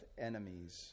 enemies